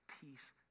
Peace